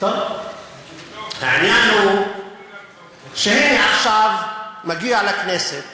העניין הוא שהנה, עכשיו מגיע לכנסת